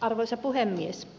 arvoisa puhemies